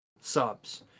subs